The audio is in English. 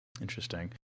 Interesting